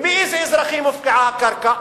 ומאיזה אזרחים הופקעה הקרקע?